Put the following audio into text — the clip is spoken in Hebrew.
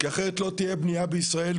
כי אחרת לא תהיה בנייה בישראל.